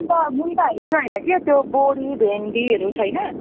अन्त मुन्टाहरू चाहिँ होइन कि त्यो बोडी भेन्डीहरू छैन